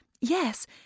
Yes